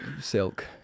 Silk